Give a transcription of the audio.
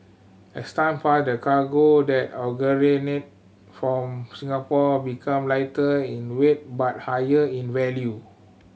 as time passed the cargo that originated from Singapore become lighter in weight but higher in value